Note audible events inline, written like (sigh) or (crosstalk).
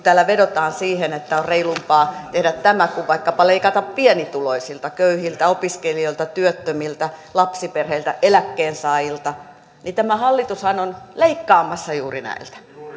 (unintelligible) täällä vedotaan siihen että on reilumpaa tehdä tämä kuin vaikkapa leikata pienituloisilta köyhiltä opiskelijoilta työttömiltä lapsiperheiltä eläkkeensaajilta niin tämä hallitushan on leikkaamassa juuri näiltä